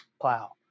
plow